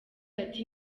ati